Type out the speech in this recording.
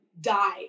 die